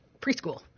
preschool